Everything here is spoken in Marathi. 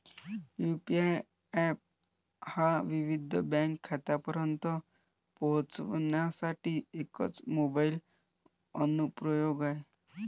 यू.पी.आय एप हा विविध बँक खात्यांपर्यंत पोहोचण्यासाठी एकच मोबाइल अनुप्रयोग आहे